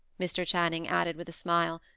mr. channing added with a smile,